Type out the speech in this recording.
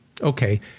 Okay